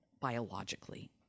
biologically